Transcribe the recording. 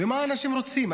ומה האנשים רוצים?